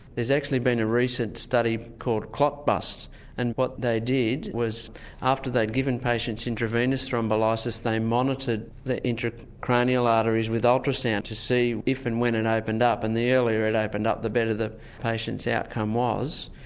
there's actually been a recent study called clot bust and what they did was after they'd given patients intravenous thrombolysis they monitored the intra-cranial arteries with ultrasound to see if and when it opened up. and the earlier it opened up the better the patient's outcome was.